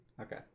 okay